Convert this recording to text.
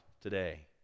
today